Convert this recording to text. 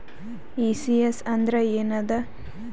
ECS ಅಂದ್ರ ಏನದ?